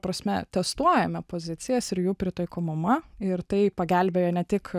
prasme testuojame pozicijas ir jų pritaikomumą ir tai pagelbėjo ne tik